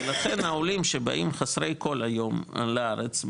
ולכן העולים שבאים חסרי כל היום לארץ,